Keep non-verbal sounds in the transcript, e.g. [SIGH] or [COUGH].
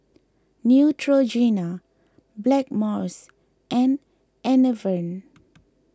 Neutrogena Blackmores and Enervon [NOISE]